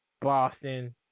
Boston